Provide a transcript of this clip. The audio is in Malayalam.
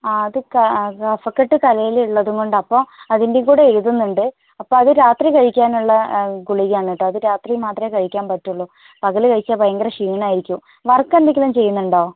ആ അത് ക കഫക്കെട്ട് തലയിൽ ഉള്ളതുകൊണ്ടാണ് അപ്പോൾ അതിൻ്റെ കൂടെ എഴുതുന്നുണ്ട് അപ്പോൾ അത് രാത്രി കഴിക്കാനുള്ള ഗുളികയാണ് കേട്ടോ അത് രാത്രി മാത്രമേ കഴിക്കാൻ പറ്റുള്ളൂ പകൽ കഴിച്ചാൽ ഭയങ്കര ക്ഷീണമായിരിക്കും വർക്ക് എന്തെങ്കിലും ചെയ്യുന്നുണ്ടോ